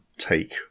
take